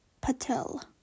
Patel